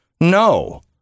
No